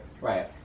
Right